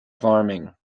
farming